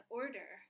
order